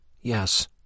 Yes